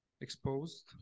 exposed